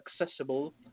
accessible